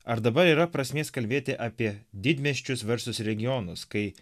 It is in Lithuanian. ar dabar yra prasmės kalbėti apie didmiesčius verslus ir regionus kai